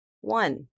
One